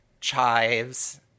chives